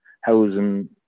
housing